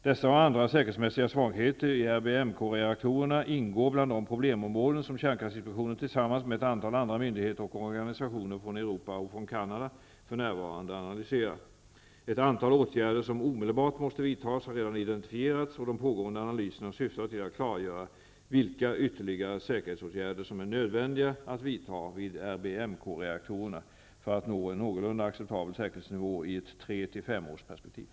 Dessa och andra säkerhetsmässiga svagheter i RBMK-reaktorerna ingår bland de problemområden som kärnkraftinspektionen tillsammans med ett antal andra myndigheter och organisationer från Europa och från Canada för närvarande analyserar. Ett antal åtgärder som omdelbart måste vidtas har redan identifierats, och de pågående analyserna syftar till att klargöra vilka ytterligare säkerhetsåtgärder som är nödvändiga och vidta vid RBMK-reaktorerna för att nå en någorlunda acceptabel säkerhetsnivå i ett 3--5 års-perspektiv.